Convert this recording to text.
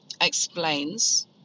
explains